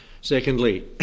Secondly